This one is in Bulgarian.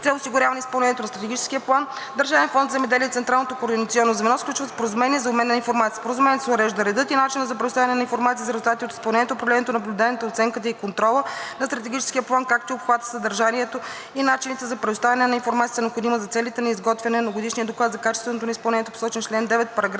цел осигуряване изпълнението на Стратегическия план Държавен фонд „Земеделие“ и Централното координационно звено сключват споразумение за обмен на информация. Със споразумението се уреждат редът и начинът за предоставяне на информация за резултатите от изпълнението, управлението, наблюдението, оценката и контрола на Стратегическия план, както и обхватът, съдържанието и начините за предоставяне на информацията, необходима за целите на изготвянето на годишния доклад за качеството на изпълнението, посочен в чл. 9,